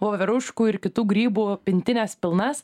voveruškų ir kitų grybų pintines pilnas